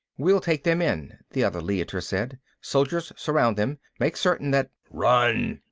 we'll take them in, the other leiter said. soldiers, surround them. make certain that run!